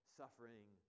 suffering